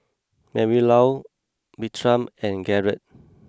Marylou Bertram and Garett